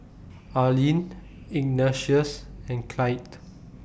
Arlene Ignatius and Clytie